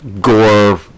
gore